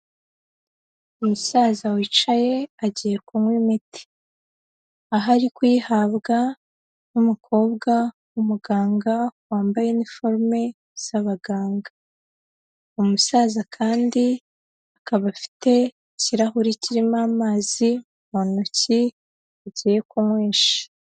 Umusaza wicaye agiye kunywa imiti, aho ari kuyihabwa n'umukobwa w'umuganga wambaye iniforume z'abaganga. Umusaza kandi akaba afite ikirahuri kirimo amazi mu ntoki agiye kunywesha.